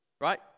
right